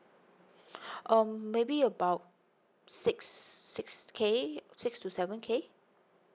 um maybe about six six K six to seven K